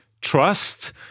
trust